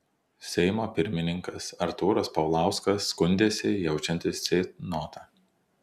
seimo pirmininkas artūras paulauskas skundėsi jaučiantis ceitnotą